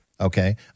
okay